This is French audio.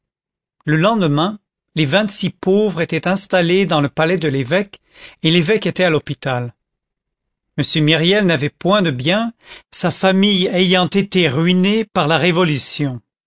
le lendemain les vingt-six pauvres étaient installés dans le palais de l'évêque et l'évêque était à l'hôpital m myriel n'avait point de bien sa famille ayant été ruinée par la révolution